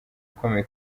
ukomeye